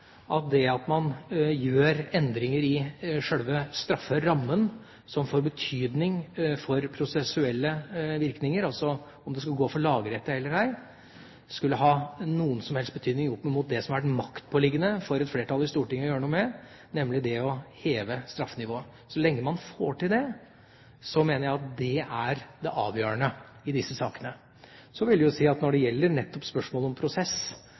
at det at man gjør endringer i sjølve strafferammen som får betydning for prosessuelle virkninger – om det skulle gå for lagrette eller ei – skulle ha noen som helst betydning opp mot det som har vært maktpåliggende for et flertall i Stortinget å gjøre noe med, nemlig det å heve straffenivået. Så lenge man får til det, mener jeg at det er det avgjørende i disse sakene. Så vil jeg si at når det gjelder nettopp spørsmålet om prosess